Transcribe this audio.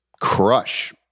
crush